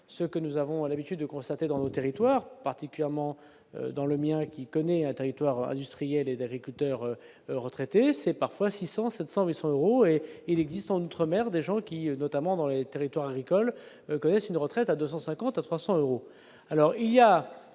ce que nous avons à l'habitude de constater dans le territoire, particulièrement dans le mien, qui connaît un territoire industriels et d'agriculteurs. Retraité c'est parfois 600 700 800 euros et il existe en outre mer : des gens qui, notamment dans les territoires l'école connaissent une retraite à 250 à 300 euros